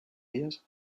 dies